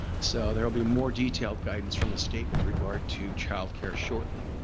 so there will be more detailed guidance from the state with regard to childcare shortly.